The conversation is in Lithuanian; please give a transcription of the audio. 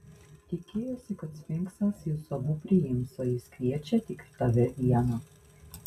tikėjosi kad sfinksas jus abu priims o jis kviečia tik tave vieną